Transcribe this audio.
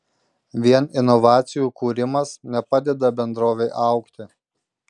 vien inovacijų kūrimas nepadeda bendrovei augti